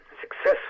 successful